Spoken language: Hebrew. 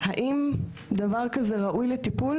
האם דבר כזה ראוי לטיפול